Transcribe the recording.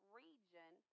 region